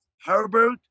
Herbert